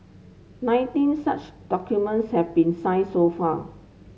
nineteen such documents have been signed so far